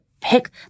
pick